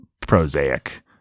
prosaic